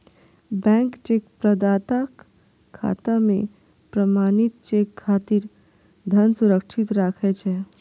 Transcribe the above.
bank cheque प्रदाताक खाता मे प्रमाणित चेक खातिर धन सुरक्षित राखै छै